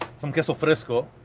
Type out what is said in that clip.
um queso fresco.